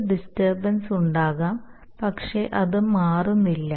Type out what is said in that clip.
ഒരു ഡിസ്റ്റർബൻസ് ഉണ്ടാകാം പക്ഷേ അത് മാറുന്നില്ല